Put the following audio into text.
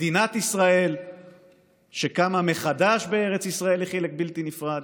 מדינת ישראל שקמה מחדש בארץ ישראל היא חלק בלתי נפרד.